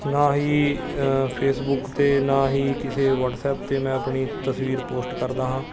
ਨਾ ਹੀ ਫੇਸਬੁੱਕ 'ਤੇ ਨਾ ਹੀ ਕਿਸੇ ਵਟਸਐਪ ਅਤੇ ਮੈਂ ਆਪਣੀ ਤਸਵੀਰ ਪੋਸਟ ਕਰਦਾ ਹਾਂ